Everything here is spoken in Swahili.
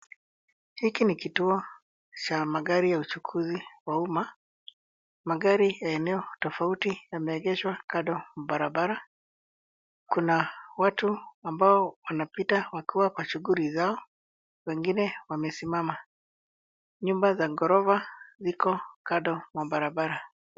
Hiki ni kituo cha magari ya uchukuzi wa umma, magari ya eneo tofauti yameegeshwa kando ya barabara, kuna watu ambao wanapita wakiwa kwa shuguli zao wengine wamesimama, nyumba za ghorofa ziko kando mwa barabara.